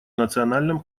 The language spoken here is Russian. национальном